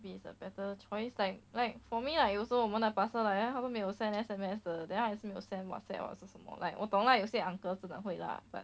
it is a better choice like like for me like 有时候我们的 parcel like 他们没有 send S_M_S 的 then 他也是没有 send whatsapp 或者是什么 like 我懂啦有些 uncle 真的会 lah but